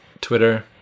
Twitter